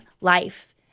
life